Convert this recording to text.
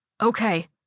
Okay